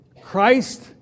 Christ